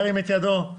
הצבעה אושרה.